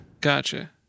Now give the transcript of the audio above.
Gotcha